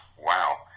Wow